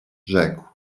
rzekł